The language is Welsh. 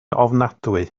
ofnadwy